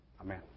Amen